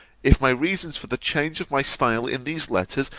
if my reasons for the change of my style in these letters,